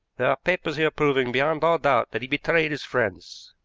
there are papers here proving beyond all doubt that he betrayed his friends.